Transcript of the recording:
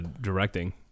directing